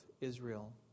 Israel